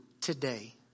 today